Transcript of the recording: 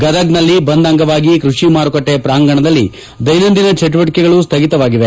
ಗದಗದಲ್ಲಿ ಬಂದ್ ಅಂಗವಾಗಿ ಕೃಷಿ ಮಾರುಕಟ್ಟೆ ಪ್ರಾಂಗಣದಲ್ಲಿ ದೈನಂದಿನ ಚಟುವಟಿಕೆಗಳು ಸ್ಥಗಿತವಾಗಿದೆ